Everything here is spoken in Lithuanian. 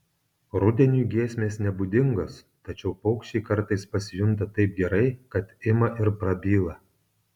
rudeniui giesmės nebūdingos tačiau paukščiai kartais pasijunta taip gerai kad ima ir prabyla